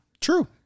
True